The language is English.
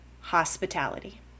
hospitality